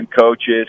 coaches